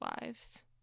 lives